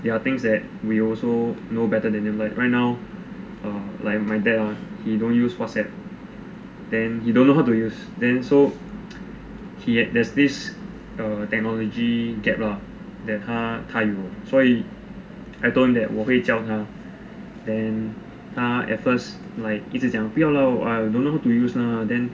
there are things that we also know better than them like right now like my dad ah he don't use WhatsApp then he don't know how to use them then so he had there's this technology gap lah that that 他有所以 I told him that 我会教他 then 他 at first like 一直讲不要啦 I don't know how to use lah then